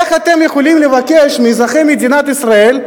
איך אתם יכולים לבקש מאזרחי מדינת ישראל,